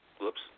Whoops